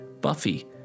Buffy